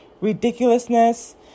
ridiculousness